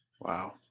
Wow